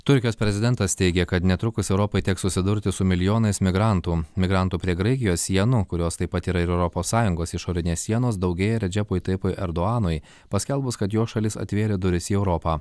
turkijos prezidentas teigė kad netrukus europai teks susidurti su milijonais migrantų migrantų prie graikijos sienų kurios taip pat yra ir europos sąjungos išorinės sienos daugėja redžepui tajipui erdoanui paskelbus kad jo šalis atvėrė duris į europą